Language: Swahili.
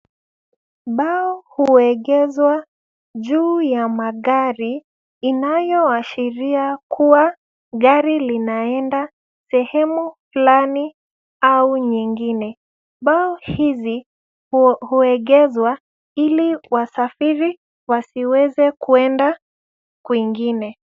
Bao huegezwa juu ya magari inayoashiria kuwa gari linaenda sehemu fulani au nyingine. Bao hizi huegezwa ili wasafiri wasiweze kwenda kwingine.